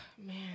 Man